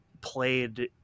played